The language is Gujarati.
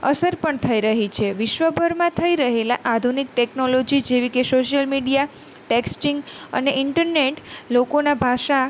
અસર પણ થઈ રહી છે વિશ્વભરમાં થઈ રહેલા આધુનિક ટેકનોલોજી જેવી કે સોસિયલ મીડિયા ટેક્સચિંગ અને ઈન્ટરનેટ લોકોના ભાષા